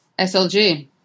SLG